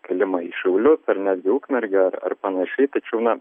kėlimą į šiaulius ar netgi ukmergę ar ar panašiai tačiau na